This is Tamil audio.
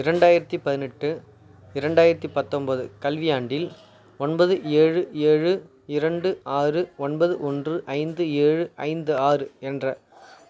இரண்டாயிரத்தி பதினெட்டு இரண்டாயிரத்தி பத்தன்போது கல்வியாண்டில் ஒன்பது ஏழு ஏழு இரண்டு ஆறு ஒன்பது ஒன்று ஐந்து ஏழு ஐந்து ஆறு என்ற